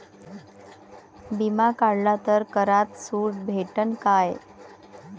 बिमा काढला तर करात सूट भेटन काय?